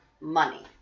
money